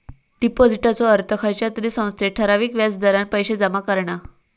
डिपाॅजिटचो अर्थ खयच्या तरी संस्थेत ठराविक व्याज दरान पैशे जमा करणा